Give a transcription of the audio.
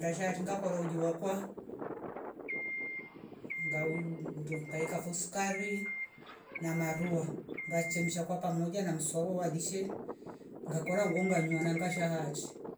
Ngasha ringa koro uji wakwa nga uuum mndo ngaika fo skari na marua ngashemcha na msauwa wa lishe ngakora ngo nganywa na ngasha hati